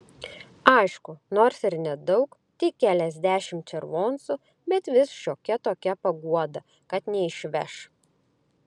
aišku nors ir nedaug tik keliasdešimt červoncų bet vis šiokia tokia paguoda kad neišveš